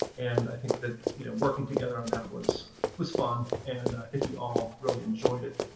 and i think that you know working together on that was was fun. and i think we all really enjoyed it.